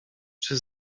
czy